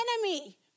enemy